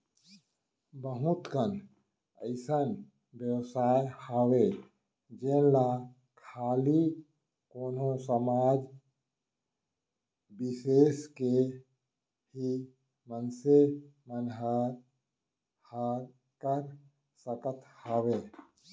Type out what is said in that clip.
बहुत कन अइसन बेवसाय हावय जेन ला खाली कोनो समाज बिसेस के ही मनसे मन ह कर सकत हावय